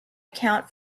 account